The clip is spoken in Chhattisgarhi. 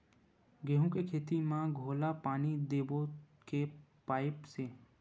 गेहूं के खेती म घोला पानी देबो के पाइप से?